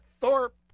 Thorpe